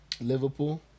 liverpool